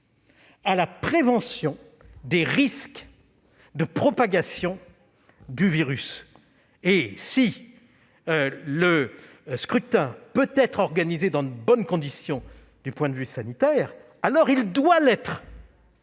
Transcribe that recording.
à la prévention des risques de propagation du virus. Si le scrutin peut être organisé dans de bonnes conditions sanitaires, alors il doit l'être.